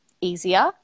easier